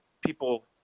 people